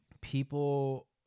people